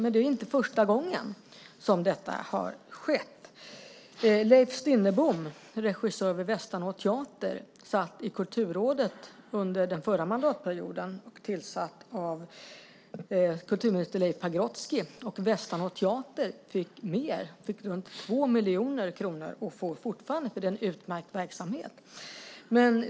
Men det är inte första gången som detta har skett. Leif Stinnerbom, regissör vid Västanå teater, satt i Kulturrådet under den förra mandatperioden tillsatt av kulturminister Leif Pagrotsky. Västanå teater fick mer pengar - 2 miljoner kronor - och får det fortfarande, för det är en utmärkt verksamhet.